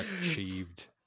achieved